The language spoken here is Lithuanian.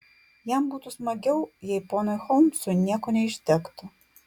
jam būtų smagiau jei ponui holmsui nieko neišdegtų